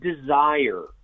desire